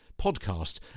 podcast